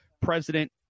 President